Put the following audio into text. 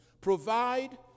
provide